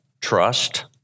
Trust